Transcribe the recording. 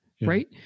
right